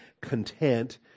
content